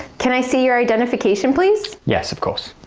can i see your identification, please? yes, of course.